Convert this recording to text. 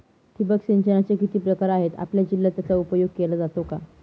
ठिबक सिंचनाचे किती प्रकार आहेत? आपल्या जिल्ह्यात याचा उपयोग केला जातो का?